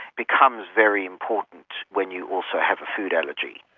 becomes very important when you also have a food allergy.